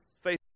faith